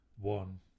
One